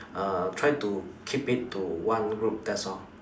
err try to keep it to one group that's all